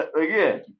Again